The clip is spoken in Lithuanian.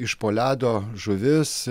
iš po ledo žuvis